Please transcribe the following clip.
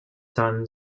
sun